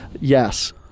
Yes